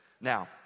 Now